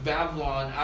Babylon